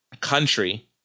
country